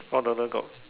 four dollar got